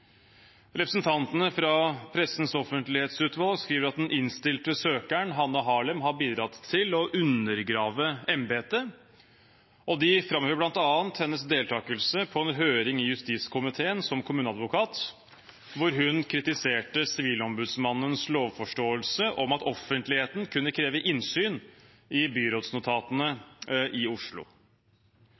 Representantene fra Pressens offentlighetsutvalg skriver at den innstilte søkeren, Hanne Harlem, har bidratt til å undergrave embetet. De framhever bl.a. hennes deltakelse på en høring i justiskomiteen som kommuneadvokat, hvor hun kritiserte Sivilombudsmannens lovforståelse om at offentligheten kunne kreve innsyn i byrådsnotatene i Oslo.